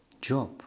job